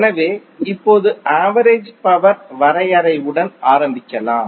எனவே இப்போது average power வரையறையுடன் ஆரம்பிக்கலாம்